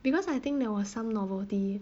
because I think there was some novelty